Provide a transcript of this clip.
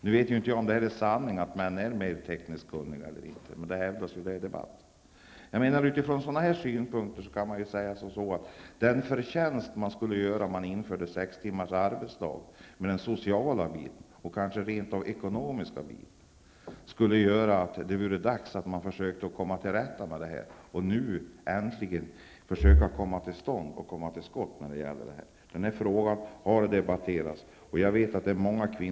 Nu vet jag inte om det är sant att män är mer tekniskt kunniga. Men detta hävdas i debatten. Utifrån sådana synpunkter kan man säga att den förtjänst man skulle göra socialt och kanske rent av ekonomiskt om man införde sex timmars arbetsdag skulle innebära att man försökte komma till skott med denna fråga. Denna fråga har debatterats, och jag vet att det är många politiska kvinnoorganisationer som vill att man äntligen genomför sextimmarsdagen. Fru talman! Med det anförda vill jag yrka bifall till vänsterpartiets meningsyttring i betänkande 1